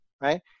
right